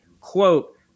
quote